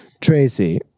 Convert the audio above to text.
Tracy